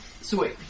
Sweet